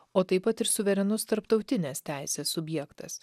o taip pat ir suverenus tarptautinės teisės subjektas